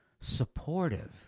supportive